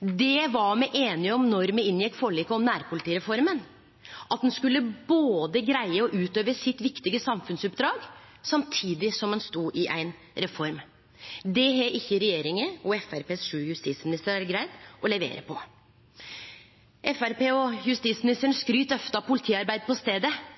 Det me var einige om då me inngjekk forliket om nærpolitireforma, var at ein skulle greie å utøve det viktige samfunnsoppdraget samtidig som ein stod i ei reform. Det har ikkje regjeringa og Framstegspartiets sju justisministrar greidd å levere på. Framstegspartiet og justisministeren skryter ofte av politiarbeidet på